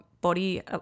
body